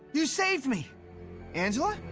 you saved me angela?